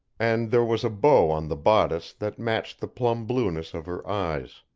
and there was a bow on the bodice that matched the plum-blueness of her eyes.